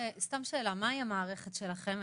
מהי המערכת שלכם?